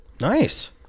Nice